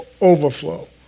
overflow